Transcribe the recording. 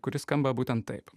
kuri skamba būtent taip